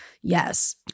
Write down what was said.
Yes